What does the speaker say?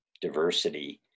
diversity